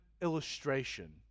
illustration